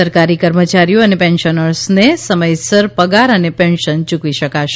સરકારી કર્મચારીઓ અને પેન્શનર્સને સમયસર પગાર અને પેન્શન યૂકવી શકાશે